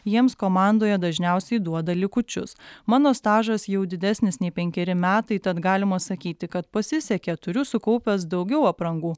jiems komandoje dažniausiai duoda likučius mano stažas jau didesnis nei penkeri metai tad galima sakyti kad pasisekė turiu sukaupęs daugiau aprangų